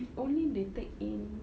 if only they take in